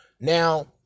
Now